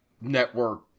network